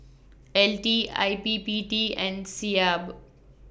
L T I P P T and Seab